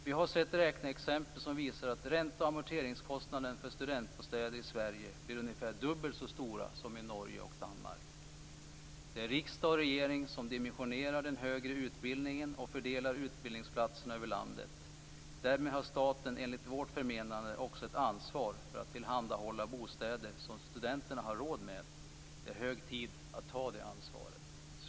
Vi har sett räkneexempel som visar att ränte och amorteringskostnaden för studentbostäder i Sverige blir ungefär dubbelt så stora som i Norge och Danmark! Det är riksdag och regering som dimensionerar den högre utbildningen och fördelar utbildningsplatserna över landet. Därmed har staten enligt vårt förmenande också ett ansvar för att tillhandahålla bostäder som studenterna har råd med. Det är hög tid att ta det ansvaret."